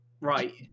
Right